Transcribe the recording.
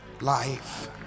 life